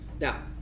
Now